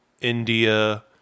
India